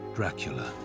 Dracula